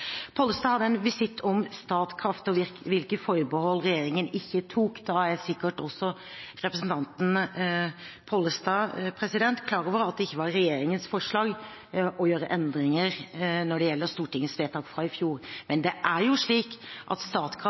Pollestad gjorde en visitt til Statkraft og hvilke forbehold regjeringen ikke tok. Representanten Pollestad er sikkert klar over at det ikke var regjeringens forslag å gjøre endringer i forhold til Stortingets vedtak fra i fjor. Men det er jo slik at Statkraft